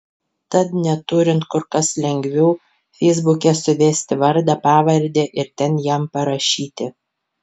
tad neturint kur kas lengviau feisbuke suvesti vardą pavardę ir ten jam parašyti